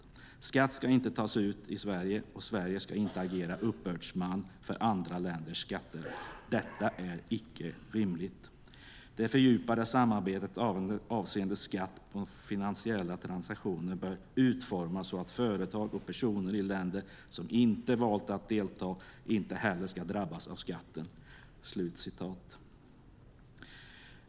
Skatt ska inte tas ut i Sverige och Sverige ska inte agera uppbördsman för andra länders Skatter. Detta är inte rimligt. Det fördjupade samarbetet avseende Skatt på finansiella transaktioner bör utformas så att företag och personer i länder som inte valt att delta inte heller ska drabbas av Skatten."